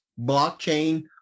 blockchain